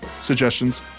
suggestions